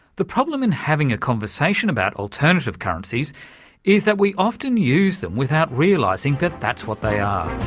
the problem in having a conversation about alternative currencies is that we often use them without realising that that's what they are.